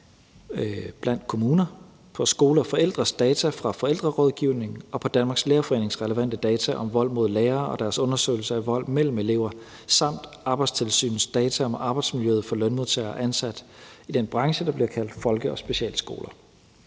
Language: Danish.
blandt kommunerne, på Skole og Forældres data fra forældrerådgivning, på Danmarks Lærerforenings relevante data om vold mod lærere og deres undersøgelse af vold mellem elever og på Arbejdstilsynets data om arbejdsmiljøet for lønmodtagere ansat i den branche, der bliver kaldt folke- og specialskoler.